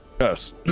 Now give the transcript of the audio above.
Yes